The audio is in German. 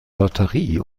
lotterie